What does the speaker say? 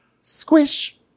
Squish